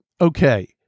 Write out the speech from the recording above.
Okay